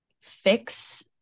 fix